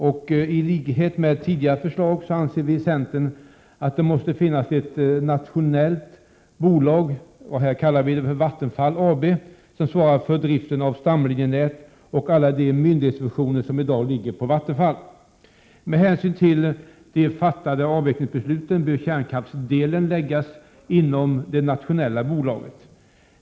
Vi i centern anser, i likhet med vad vi framfört i tidigare förslag, att det skall finnas ett nationellt bolag — vi kallar det här för Vattenfall AB — som svarar för driften av stamlinjenätet och alla de myndighetsfunktioner som i dag ligger på Vattenfall. Med hänsyn till det beslut som fattats om avveckling bör kärnkraftsdelen läggas inom det nationella bolaget.